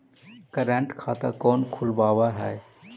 current खाता कौन खुलवावा हई